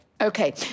Okay